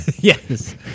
Yes